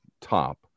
top